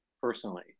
personally